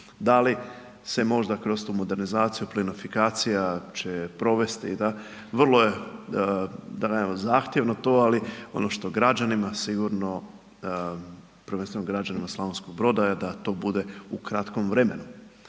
da li se možda kroz tu modernizaciju, plinafikacija će provesti, i tako, vrlo je da .../Govornik se ne razumije./... zahtjevno to, ali ono što građanima sigurno, prvenstveno građanima Slavonskog Broda je da to bude u kratkom vremenu.